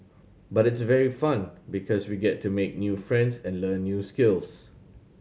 but it's very fun because we get to make new friends and learn new skills